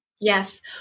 Yes